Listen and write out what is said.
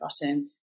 button